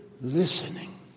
listening